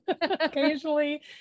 occasionally